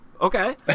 okay